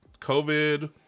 COVID